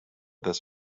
this